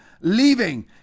leaving